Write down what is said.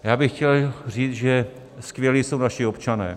Já bych chtěl říct, že skvělí jsou naši občané.